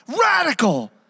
Radical